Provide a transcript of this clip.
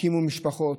הקימו משפחות,